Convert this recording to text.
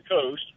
coast